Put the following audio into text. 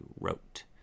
wrote